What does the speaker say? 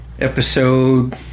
Episode